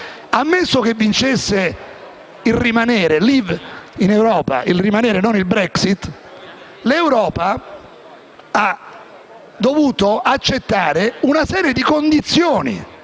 Ammesso che vinca il rimanere in Europa e non la Brexit, l'Europa ha dovuto accettare una serie di condizioni